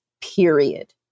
period